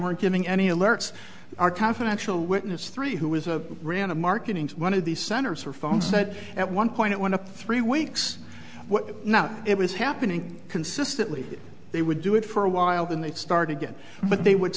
weren't giving any alerts are confidential witness three who was a random marketing one of these centers or phone said at one point it went to three weeks now it was happening consistently they would do it for a while then they'd start again but they would